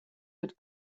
mit